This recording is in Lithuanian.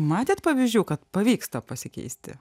matėt pavyzdžių kad pavyksta pasikeisti